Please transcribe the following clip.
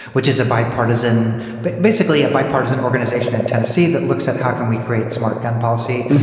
which is a bipartisan but basically a bipartisan organization in tennessee that looks at how can we create smart gun policy.